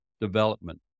development